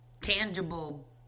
tangible